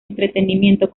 entretenimiento